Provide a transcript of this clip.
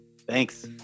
Thanks